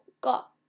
got